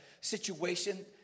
situation